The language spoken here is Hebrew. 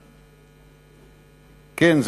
כן,